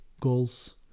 goals